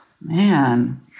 man